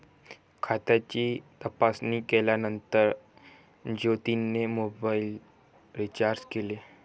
खात्याची तपासणी केल्यानंतर ज्योतीने मोबाइल रीचार्ज केले